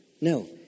No